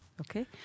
Okay